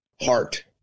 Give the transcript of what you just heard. Heart